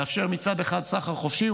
לאפשר מצד אחד סחר חופשי,